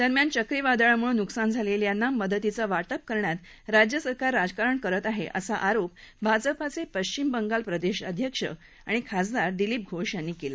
दरम्यान चक्रीवादळामुळ नुकसान झालेल्यांना मदतीचं वाटप करण्यात राज्य सरकार राजकारण करत आहे असा आरोप भाजपाचे पश्चिम बंगाल प्रदेशाध्यक्ष आणि खासदार दिलीप घोष यांनी केला